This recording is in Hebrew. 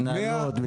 התנהלות ותחלואה.